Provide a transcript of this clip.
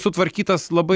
sutvarkytas labai